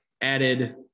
added